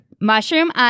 Mushroom